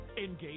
Engage